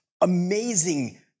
amazing